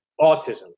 autism